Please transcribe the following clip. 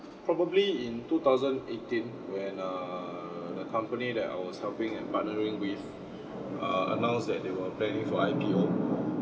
probably in two thousand eighteen when err the company that I was helping and partnering with uh announced that they were planning for I_P_O